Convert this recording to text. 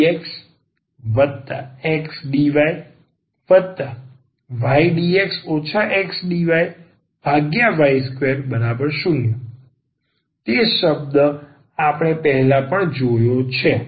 ⟹ydxxdyydx xdyy20 તે શબ્દ આપણે પહેલાં પણ જોયો છે